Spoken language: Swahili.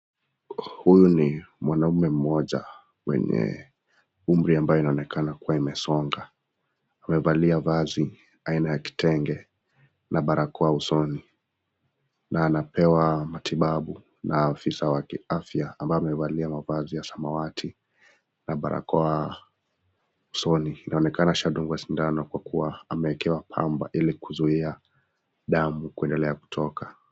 Huyu ni mwanaume mmoja mwenye umri ambayo inaonekana kuwa imesonga. Amevalia vazi aina ya kitenge na barakoa usoni na anapewa matibabu na ofisa wa kiafya ambaye amevalia mavazi ya samawati na barakoa usoni. Inaonekana ashadyngwa sindano kwa kuwa ameekewa pamba ili kuzuia damu kwendelea kutoka.